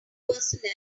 personal